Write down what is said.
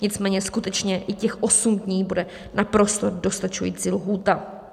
Nicméně skutečně i těch osm dní bude naprosto dostačující lhůta.